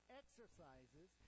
exercises